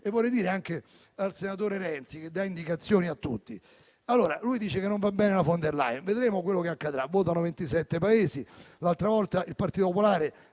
e vorrei dire anche al senatore Renzi che dà indicazioni a tutti: lui dice che non va bene la von der Leyen. Vedremo quello che accadrà, votano 27 Paesi. L'altra volta il Partito Popolare